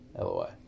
LOI